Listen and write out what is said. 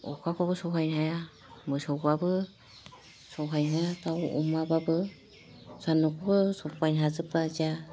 अखाखौबो सहायनो हाया मोसौबाबो सहायनो दाव अमाबाबो सान्दुंखौबो सहायनो हाजोबा